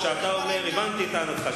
חבר הכנסת מולה, הבנתי את טענתך.